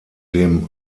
dem